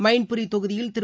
மைன்புரி தொகுதியில் திரு